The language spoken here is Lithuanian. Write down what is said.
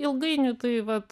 ilgainiui tai vat